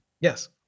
yes